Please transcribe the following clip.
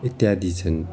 इत्यादि छन्